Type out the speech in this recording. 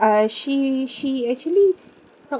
I she she actually